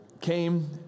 came